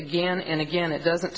again and again it doesn't